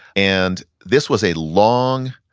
and this was a long,